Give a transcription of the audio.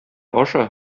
аша